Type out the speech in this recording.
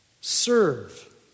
serve